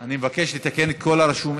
אני מבקש לתקן את כל הרשום,